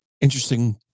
Interesting